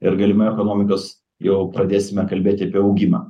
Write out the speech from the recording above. ir galimai ekonomikos jau pradėsime kalbėti apie augimą